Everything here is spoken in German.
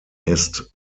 ist